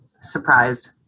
surprised